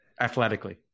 Athletically